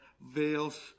veils